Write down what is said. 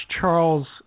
Charles